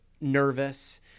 nervous